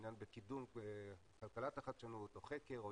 עניין בקידום כלכלת החדשנות או חקר או